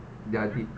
ya de~